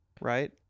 Right